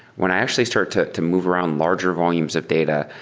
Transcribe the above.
when i actually start to to move around larger volumes of data,